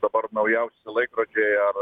dabar naujausi laikrodžiai ar